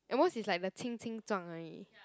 at most is like the 轻轻撞而已